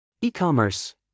e-commerce